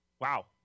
wow